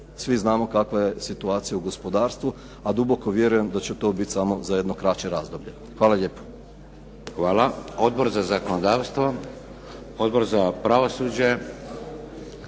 svi znamo kakva je situacija u gospodarstvu a duboko vjerujem da će to biti samo za jedno kraće razdoblje. Hvala lijepo. **Šeks, Vladimir (HDZ)** Hvala. Odbor za zakonodavstvo? Odbor za pravosuđe?